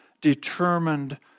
determined